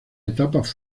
etapas